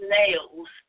nails